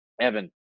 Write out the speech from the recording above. Evan